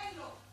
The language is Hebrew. אין לו.